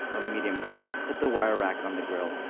or medium-high. i put the wire rack on the grill,